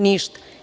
Ništa.